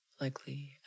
likely